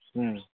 ᱦᱮᱸ